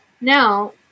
Now